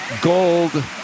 gold